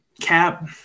cap